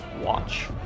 watch